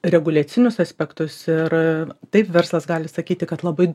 reguliacinius aspektus ir taip verslas gali sakyti kad labai